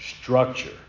Structure